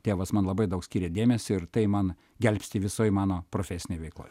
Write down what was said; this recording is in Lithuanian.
tėvas man labai daug skirė dėmesį ir tai man gelbsti visoj mano profesinėj veikloj